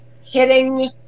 hitting